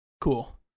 Cool